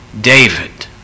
David